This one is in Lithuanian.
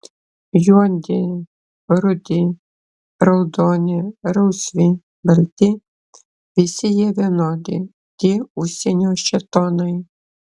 juodi rudi raudoni rausvi balti visi jie vienodi tie užsienio šėtonai